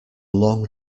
long